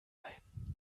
ein